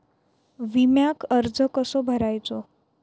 विम्याक अर्ज कसो करायचो?